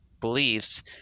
beliefs